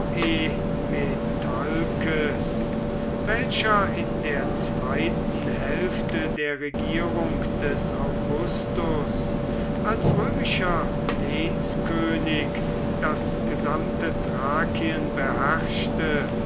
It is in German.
welcher in der zweiten hälfte der regierung des augustus als römischer lehnskönig das gesamte thrakien beherrschte